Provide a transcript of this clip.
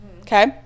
Okay